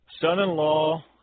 Son-in-law